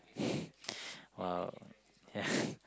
!wow! yeah